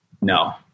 No